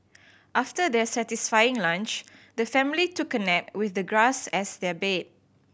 after their satisfying lunch the family took a nap with the grass as their bed